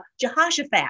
Jehoshaphat